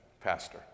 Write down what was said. Pastor